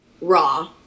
raw